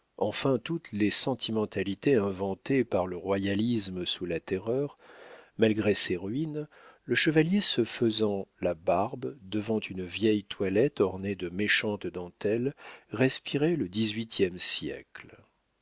enfin toutes les sentimentalités inventées par le royalisme sous la terreur malgré ses ruines le chevalier se faisant la barbe devant une vieille toilette ornée de méchantes dentelles respirait le dix-huitième siècle